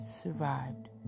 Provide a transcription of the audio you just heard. survived